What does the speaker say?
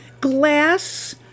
glass